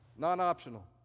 non-optional